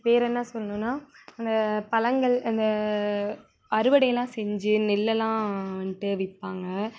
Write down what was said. வேறு என்ன சொல்லணுன்னா அந்த பழங்கள் அந்த அறுவடையெல்லாம் செஞ்சு நெல்லெல்லாம் வந்துட்டு விற்பாங்க